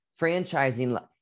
Franchising